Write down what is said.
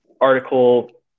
article